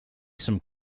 some